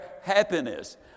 happiness